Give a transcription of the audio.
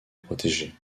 protéger